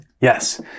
Yes